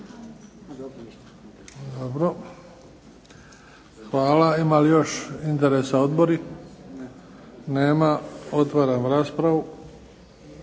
Dobro, hvala. Ima li još interesa odbori? Nema. Otvaram raspravu.